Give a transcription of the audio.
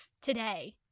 today